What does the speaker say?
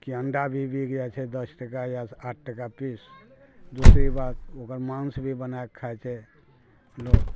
कि अंडा भी बीक जाइ छै दस टका या आठ टका पीस दूसरी बात ओकर मांस भी बनाए कऽ खाइ छै लोक